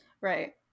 Right